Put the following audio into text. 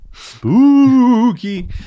Spooky